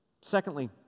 Secondly